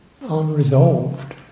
unresolved